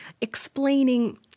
explaining